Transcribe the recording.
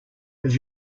have